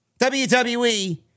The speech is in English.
WWE